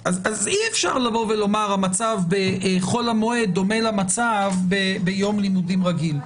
אז אי אפשר לבוא ולומר שהמצב בחול המועד דומה למצב ביום לימודים רגיל.